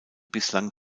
bislang